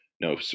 No